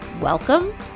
Welcome